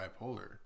bipolar